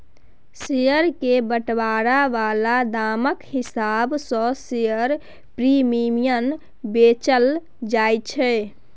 share केर बंटवारा बला दामक हिसाब सँ शेयर प्रीमियम बेचल जाय छै